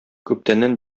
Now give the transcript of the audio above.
күптәннән